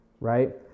Right